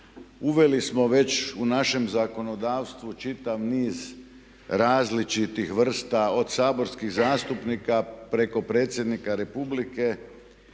Uveli smo već u našem zakonodavstvu čitav niz različitih vrsta od saborskih zastupnika preko predsjednika Republike